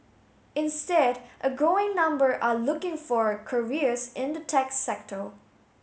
instead a growing number are looking for careers in the tech sector